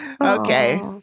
Okay